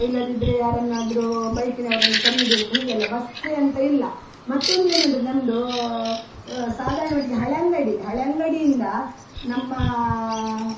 ಇಲ್ಲದಿದ್ದರೆ ಯಾರನ್ನಾದ್ರು ಬೈಕಿನವರನ್ನು ಕರೀಬೇಕು ಹೀಗೆಲ್ಲ ಬಸ್ಸೇ ಅಂತ ಇಲ್ಲ ಮತ್ತೊಂದು ಏನೆಂದ್ರೆ ನಮ್ದು ಸಾಧಾರಣ ಮಟ್ಟಿಗೆ ಹಳೆಯಂಗಡಿ ಹಳೆಯಂಗಡಿಯಿಂದ ನಮ್ಮ